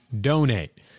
donate